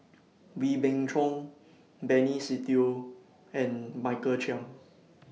Wee Beng Chong Benny Se Teo and Michael Chiang